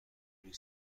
این